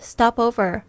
Stopover